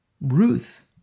Ruth